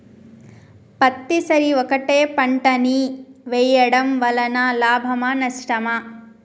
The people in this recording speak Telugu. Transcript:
పత్తి సరి ఒకటే పంట ని వేయడం వలన లాభమా నష్టమా?